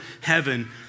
heaven